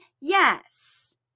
Yes